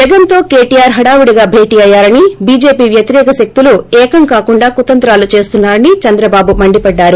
జగన్తో కేటీఆర్ హడావుడిగా భేటీ అయ్యారని బీజేపీ వ్యతిరేక శక్తులు ఏకం కాకుండా కుతంత్రాలు చేస్తున్నా రని చంద్రబాబు మండిపడ్డారు